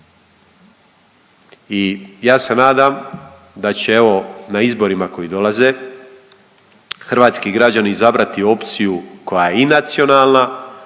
I ja se nadam da će evo na izborima koji dolaze hrvatski građani izabrati opciju koja je i nacionalna,